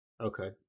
Okay